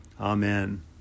Amen